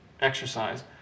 exercise